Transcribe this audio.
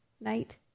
night